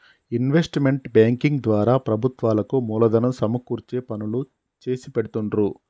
investment banking ద్వారా ప్రభుత్వాలకు మూలధనం సమకూర్చే పనులు చేసిపెడుతుండ్రు